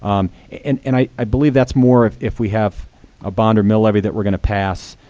um and and i i believe that's more of if we have a bond or mill levy that we're going to pass.